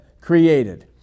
created